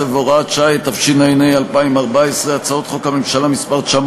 17 והוראת שעה), התשע"ה 2014, מ/901,